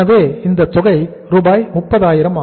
எனவே இந்த தொகை ரூபாய் 30000